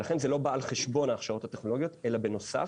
ולכן זה לא בא על חשבון ההכשרות הטכנולוגיות אלא בנוסף,